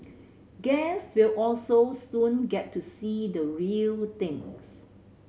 guests will also soon get to see the real thing